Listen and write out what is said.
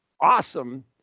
awesome